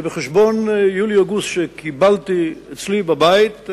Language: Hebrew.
שבחשבון יולי-אוגוסט שקיבלתי אצלי בבית,